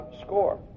score